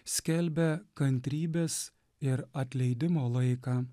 skelbia kantrybės ir atleidimo laiką